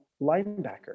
linebacker